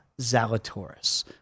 Zalatoris